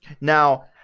Now